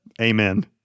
Amen